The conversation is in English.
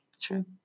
True